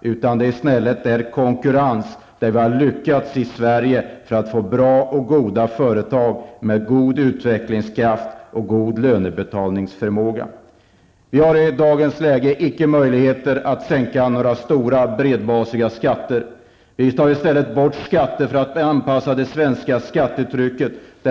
Det är i stället genom konkurrens som vi har lyckats att få bra och goda företag i Sverige, företag med god utvecklingskraft och god lönebetalningsförmåga. Vi har i dagens läge inte några möjligheter att sänka några stora bredbasiga skatter. Vi tar i stället bort de skatter